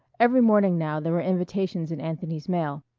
every morning now there were invitations in anthony's mail.